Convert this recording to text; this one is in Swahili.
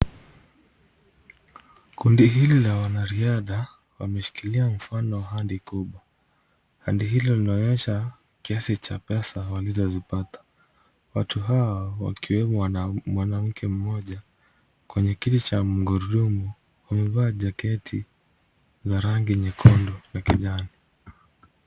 Kundi hili la wanariadha wameshikilia mfano wa ahadi kubwa. Ahadi hilo linaonyesha kiasi cha pesa walizozipata. Watu hawa wakiwemo mwanamke mmoja kwenye kiti cha mgurudumu wamevaa jaketi la rangi nyekundu na kijani.